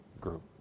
group